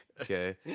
Okay